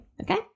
Okay